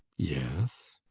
yes.